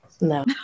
no